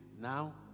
now